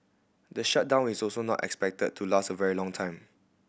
the shutdown is also not expected to last a very long time